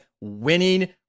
winning